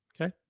Okay